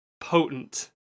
potent